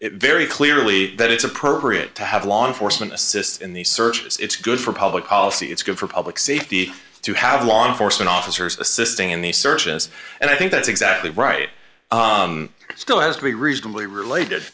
it very clearly that it's appropriate to have law enforcement assists in these searches it's good for public policy it's good for public safety to have law enforcement officers assisting in the searches and i think that's exactly right it still has to be reasonably related